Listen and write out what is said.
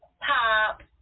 pop